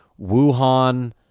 wuhan